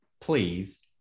please